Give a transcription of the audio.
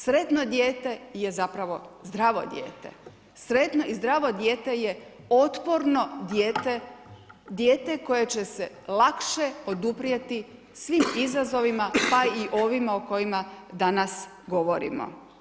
Sretno dijete je zapravo dijete i zdravo dijete je otporno dijete, dijete koje će se lakše oduprijeti svim izazovima pa i ovima o kojima danas govorimo.